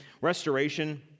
Restoration